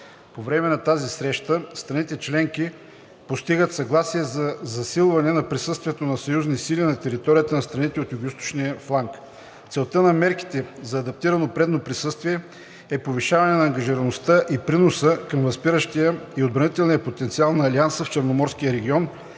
По време на тази среща страните членки постигат съгласие за засилване на присъствието на съюзни сили на територията на страните от Югоизточния фланг. Целта на мерките за адаптирано предно присъствие е повишаване на ангажираността и приноса към възпиращия и отбранителния потенциал на Алианса в Черноморския регион,